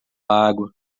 água